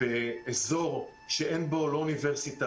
באזור שאין בו לא אוניברסיטה,